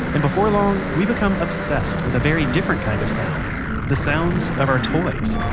and before long, we become obsessed with a very different kind of sound the sounds of our toys